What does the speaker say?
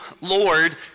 Lord